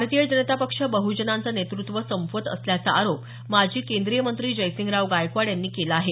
भारतीय जनता पक्ष बहुजनांचं नेतृत्व संपवत असल्याचा आरोप माजी केंद्रीय मंत्री जयसिंगराव गायकवाड यांनी केला आहे